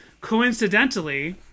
coincidentally